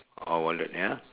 oh wallet ya